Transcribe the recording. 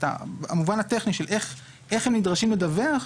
במובן הטכני של איך הם נדרשים לדווח,